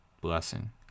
blessing